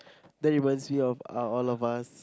that reminds me of uh all of us